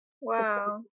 Wow